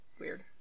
weird